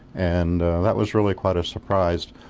and that was really quite a surprise.